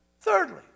Thirdly